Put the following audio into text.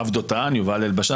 יואב דותן, יובל אלבשן.